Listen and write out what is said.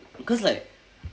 cause like